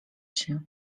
się